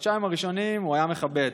בחודשיים הראשונים הוא היה מכבד.